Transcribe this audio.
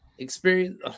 experience